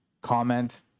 comment